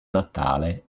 natale